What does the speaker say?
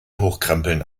hochkrempeln